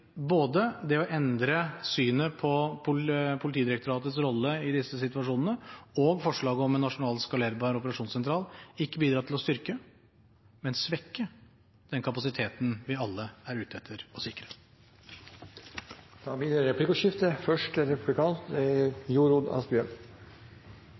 både det å endre synet på Politidirektoratets rolle i disse situasjonene og forslaget om en nasjonal skalerbar operasjonssentral ikke bidra til å styrke, men til å svekke den kapasiteten vi alle er ute etter å sikre. Det blir replikkordskifte.